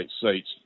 seats